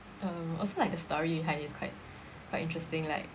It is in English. uh also like the story behind is quite quite interesting like